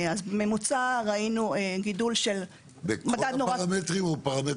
בממוצע ראינו גידול --- בכל הפרמטרים או בפרמטר מסוים?